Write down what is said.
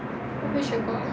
我没有学过